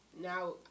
Now